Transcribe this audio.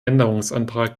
änderungsantrag